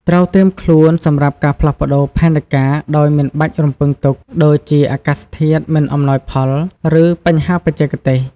ត្រូវត្រៀមខ្លួនសម្រាប់ការផ្លាស់ប្តូរផែនការដោយមិនបានរំពឹងទុក ដូចជាអាកាសធាតុមិនអំណោយផល ឬបញ្ហាបច្ចេកទេស។